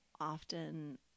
often